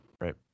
Right